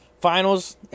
finals